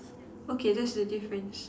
okay that's the difference